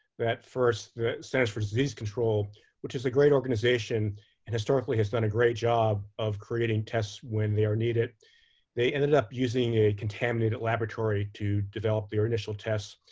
that first, the centers for disease control which is a great organization and historically has done a great job of creating tests when they are needed ended ended up using a contaminated laboratory to develop their initial tests.